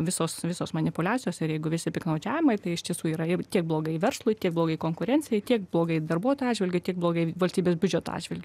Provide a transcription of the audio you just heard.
visos visos manipuliacijos ir jeigu visi piktnaudžiavimai tai iš tiesų yra ir kiek blogai verslui tiek blogai konkurencijai tiek blogai darbuotojų atžvilgiu tiek blogai valstybės biudžeto atžvilgiu